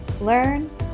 Learn